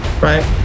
right